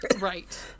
right